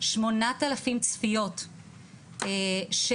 8,000 צפיות של